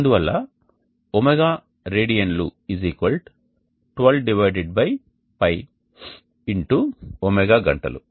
అందువల్ల ω రేడియన్లు 12 πxω గంటలు